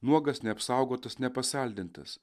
nuogas neapsaugotas nepasaldintas